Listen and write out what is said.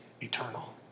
eternal